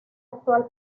actual